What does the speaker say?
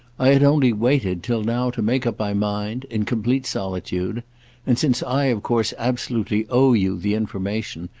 i had only waited, till now, to make up my mind in complete solitude and, since i of course absolutely owe you the information,